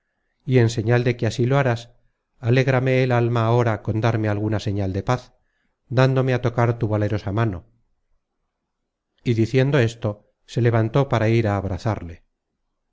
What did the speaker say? y en señal de que así lo harás alégrame el alma ahora con darme alguna señal de paz dándome á tocar tu valerosa mano y diciendo esto se levantó para ir a abrazarle